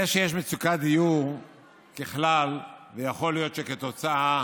זה שיש מצוקת דיור בכלל, זה יכול להיות שזה כתוצאה